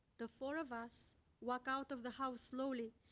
the four of us walk out of the house slowly,